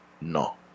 no